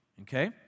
Okay